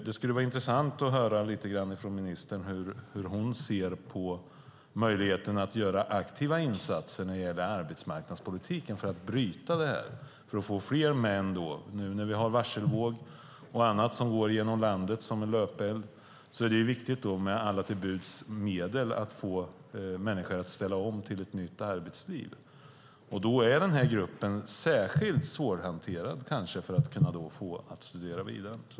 Det skulle vara intressant att höra hur ministern ser på möjligheten till aktiva insatser när det gäller arbetsmarknadspolitiken för att bryta detta och få fler män att delta i arbetsmarknadsutbildningar. Nu när vi har en varselvåg som går över landet är det viktigt att med alla till buds stående medel få människor att ställa om till ett nytt arbetsliv. Den här gruppen kanske är särskilt svår att få att studera vidare.